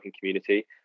community